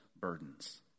burdens